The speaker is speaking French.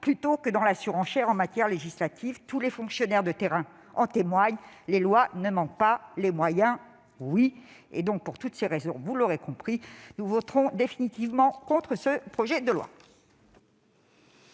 plutôt que dans la surenchère en matière législative. Tous les fonctionnaires de terrain en témoignent : les lois ne manquent pas, les moyens oui ! Pour toutes ces raisons, vous l'aurez compris, nous voterons définitivement contre ce projet de loi.